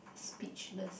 speechless